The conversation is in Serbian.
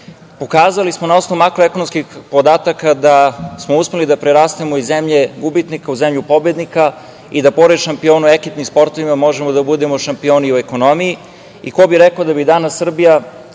građana. Pokazali smo na osnovu makroekonomskih podataka da smo uspeli da prerastemo iz zemlje gubitnika u zemlju pobednika i da pored šampiona u ekipnim sportovima možemo da budemo šampioni i u ekonomiji. Ko bi rekao da bi danas Srbija